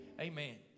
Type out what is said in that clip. Amen